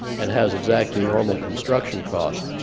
and has exactly normal construction cost.